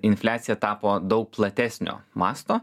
infliacija tapo daug platesnio masto